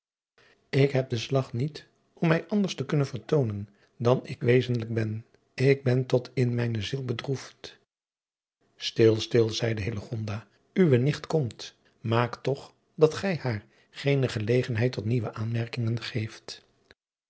ik heb den slag niet om mij anders te kunnen vertoonen dan ik wezenlijk ben ik ben tot in mijne ziel bedroefd stil stil zeide hillegonda uwe nicht komt maak toch dat gij haar geene gelegenheid tot nieuwe aanmerkingen geeft